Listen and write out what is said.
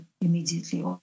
immediately